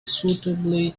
suitably